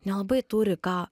nelabai turi ką